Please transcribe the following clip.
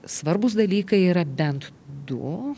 svarbūs dalykai yra bent du